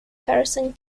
harrison